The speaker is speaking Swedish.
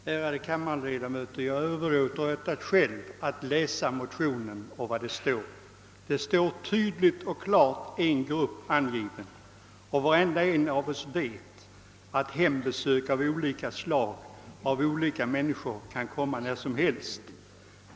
Herr talman, ärade kammarledamöter! Jag överlåter åt er själva att läsa motionen. Där står tydligt och klart en grupp angiven. Var och en av oss vet att hembesök av olika människor kan komma när som helst.